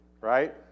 right